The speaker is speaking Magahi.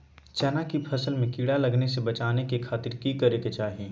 चना की फसल में कीड़ा लगने से बचाने के खातिर की करे के चाही?